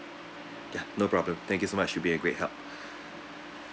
ya no problem thank you so much you be a great help